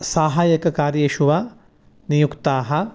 साहायककार्येषु वा नियुक्ताः